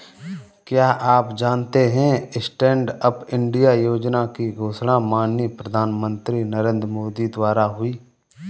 क्या आप जानते है स्टैंडअप इंडिया योजना की घोषणा माननीय प्रधानमंत्री नरेंद्र मोदी द्वारा हुई?